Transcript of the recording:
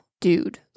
dude